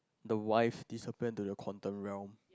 the wife disappear into the quantum realm